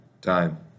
time